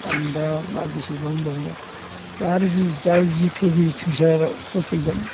आं दा मा बेसेबां होनबावनो जार जि जाय जिखौ गोसो होफैगोन